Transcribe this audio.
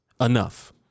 enough